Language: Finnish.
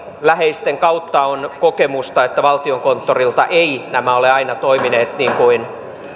läheisten kautta on kokemusta että valtiokonttorilta eivät nämä ole aina toimineet niin kuin